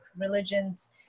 religions